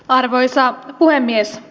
arvoisa puhemies